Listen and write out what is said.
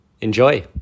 Enjoy